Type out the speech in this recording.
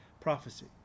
prophecy